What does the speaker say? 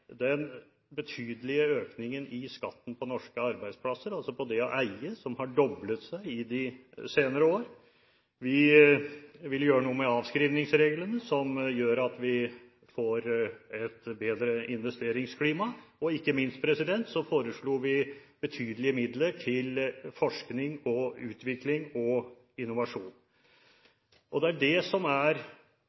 den betydelige økningen i skatten på norske arbeidsplasser, altså på det å eie, som har doblet seg i de senere år. Vi vil gjøre noe med avskrivningsreglene slik at vi får et bedre investeringsklima, og ikke minst foreslo vi betydelige midler til forskning, utvikling og innovasjon. Det er det som er